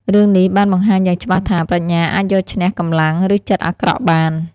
រឿងនេះបានបង្ហាញយ៉ាងច្បាស់ថា ប្រាជ្ញាអាចយកឈ្នះកម្លាំង ឬចិត្តអាក្រក់បាន។